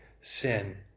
sin